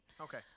Okay